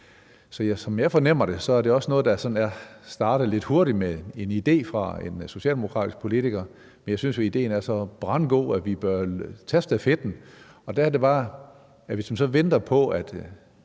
Så som jeg fornemmer det, er det også noget, der sådan er startet lidt hurtigt med en idé fra en socialdemokratisk politiker. Men jeg synes jo, at idéen er så brandgod, at vi bør tage stafetten. Og der er det bare, at hvis man så venter på, at